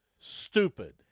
stupid